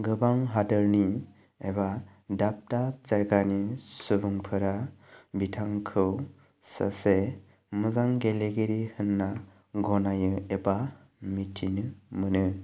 गोबां हादरनि एबा दाब दाब जायगानि सुबुंफोरा बिथांखौ सासे मोजां गेलेगिरि होनना गनायो एबा मिथिनो मोनो